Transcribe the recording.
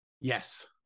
Yes